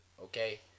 okay